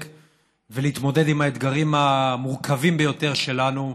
ולהתמודד עם האתגרים המורכבים ביותר שלנו,